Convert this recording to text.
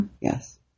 Yes